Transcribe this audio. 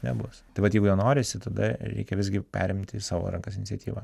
nebus tai vat jeigu norisi tada reikia visgi perimti į savo rankas iniciatyvą